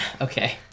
Okay